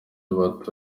bati